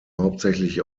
hauptsächlich